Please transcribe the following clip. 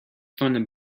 funded